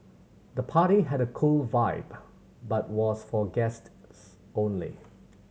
the party had a cool vibe but was for guests only